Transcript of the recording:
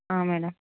madam